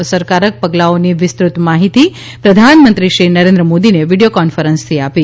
અસરકારક પગલાઓની વિસ્તૃત માહિતી પ્રધાનમંત્રી શ્રી મોદીના વીડીયો કોન્ફરન્સથી આપી